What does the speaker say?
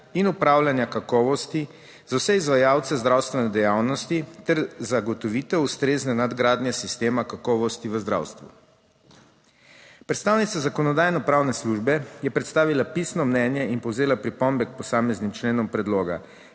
in upravljanja kakovosti za vse izvajalce zdravstvene dejavnosti ter zagotovitev ustrezne nadgradnje sistema kakovosti v zdravstvu. Predstavnica Zakonodajno-pravne službe je predstavila pisno mnenje in povzela pripombe k posameznim členom predloga.